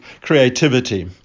creativity